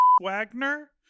Wagner